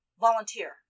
volunteer